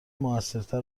موثرتر